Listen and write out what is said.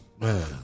man